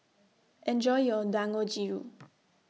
Enjoy your Dangojiru